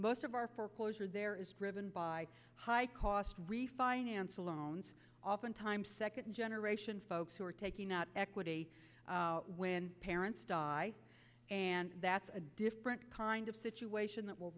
most of our foreclosure there is driven by high cost refinance loans oftentimes second generation folks who are taking out equity when parents die and that's a different kind of situation that will